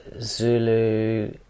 Zulu